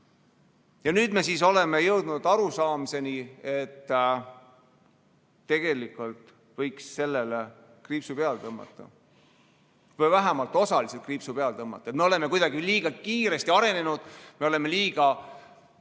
Ja nüüd me oleme jõudnud arusaamiseni, et tegelikult võiks sellele kriipsu peale tõmmata või vähemalt osaliselt kriipsu peale tõmmata. Me oleme kuidagi liiga kiiresti arenenud, me oleme liiga